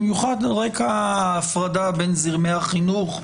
במיוחד על רקע ההפרדה בין זרמי החינוך,